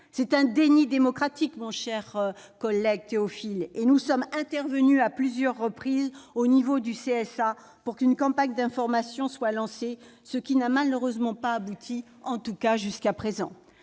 C'est un déni démocratique, mon cher collègue Théophile ! Nous sommes intervenus à plusieurs reprises auprès du Conseil supérieur de l'audiovisuel (CSA) pour qu'une campagne d'information soit lancée, ce qui n'a malheureusement pas abouti, en tout cas jusqu'à présent.